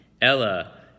ella